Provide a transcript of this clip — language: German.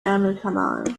ärmelkanal